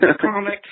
comic